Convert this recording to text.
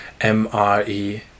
MRE